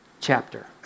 chapter